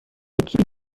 equipe